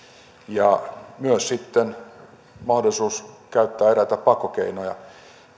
ja myös mahdollisuus käyttää eräitä pakkokeinoja